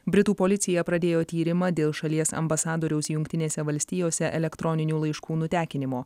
britų policija pradėjo tyrimą dėl šalies ambasadoriaus jungtinėse valstijose elektroninių laiškų nutekinimo